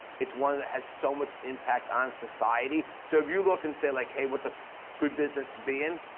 it's one that has so much impact on society so if you look and say like hey what's a good business to be in,